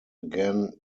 again